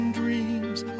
dreams